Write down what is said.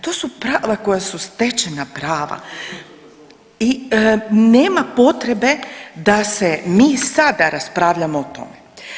To su prava koja su stečena prava i nema potrebe da se mi sada raspravljamo o tome.